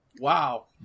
Wow